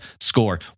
score